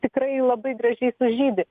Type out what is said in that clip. tikrai labai gražiai sužydi